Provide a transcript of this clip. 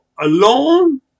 alone